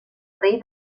rei